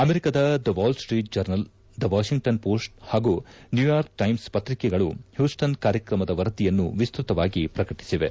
ಅಮೆರಿಕದ the Wall Street Journal the Washington Post ಹಾಗೂ New York Times ಪತ್ರಿಕೆಗಳು ಪ್ಯೂಸ್ನನ್ ಕಾರ್ಯಕ್ರಮದ ವರದಿಯನ್ನು ವಿಸ್ತ್ಯತವಾಗಿ ಪ್ರಕಟಿಸಿವೆ